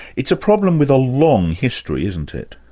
it's a problem with a long history, isn't it?